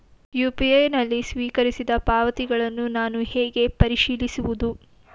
UPI ನಲ್ಲಿ ಸ್ವೀಕರಿಸಿದ ಪಾವತಿಗಳನ್ನು ನಾನು ಹೇಗೆ ಪರಿಶೀಲಿಸುವುದು?